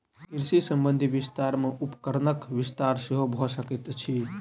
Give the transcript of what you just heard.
कृषि संबंधी विस्तार मे उपकरणक विस्तार सेहो भ सकैत अछि